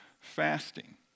fasting